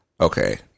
okay